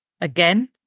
again